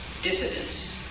Dissidents